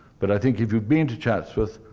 but i think if you've been to chatsworth,